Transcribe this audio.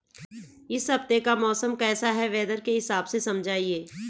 इस हफ्ते का मौसम कैसा है वेदर के हिसाब से समझाइए?